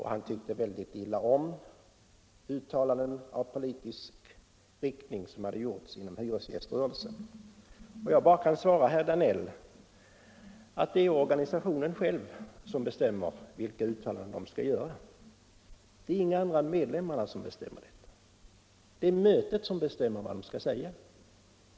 Han tyckte väldigt illa om uttalanden i politisk riktring som hade gjorts inom hyresgäströrelsen. Jag kan bara svara herr Danell att det är organisationen själv som bestämmer vilka uttalanden den skall göra. Det är inga andra än medlemmarna som bestämmer det. Det är mötet som bestämmer vad man skall uttala.